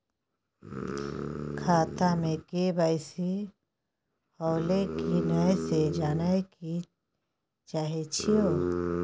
खाता में के.वाई.सी होलै की नय से जानय के चाहेछि यो?